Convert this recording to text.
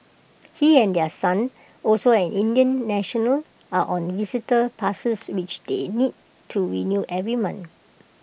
he and their son also an Indian national are on visitor passes which they need to renew every month